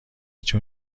چون